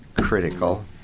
critical